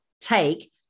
take